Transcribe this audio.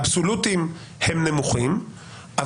האבסולוטיים הם נמוכים,